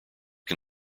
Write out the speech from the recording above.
can